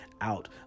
out